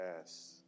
Yes